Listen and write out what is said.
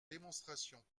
démonstration